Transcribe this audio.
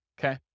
okay